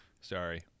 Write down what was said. Sorry